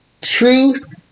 truth